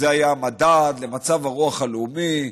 זה היה המדד למצב הרוח הלאומי: